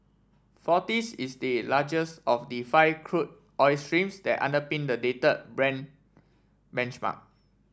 forties is the largest of the five crude oil streams that underpin the dated Brent benchmark